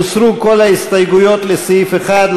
הוסרו כל ההסתייגויות לסעיף 1,